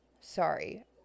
sorry